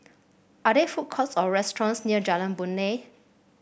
are there food courts or restaurants near Jalan Boon Lay